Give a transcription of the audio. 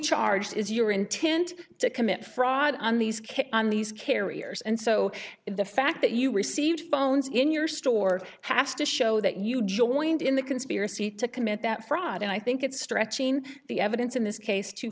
charged is your intent to commit fraud on these kids on these carriers and so the fact that you received phones in your store has to show that you joined in the conspiracy to commit that fraud and i think it's stretching the evidence in this case too